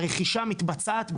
הרכישה מתבצעת,